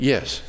Yes